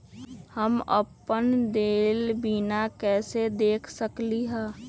हम अपन देल बिल कैसे देख सकली ह?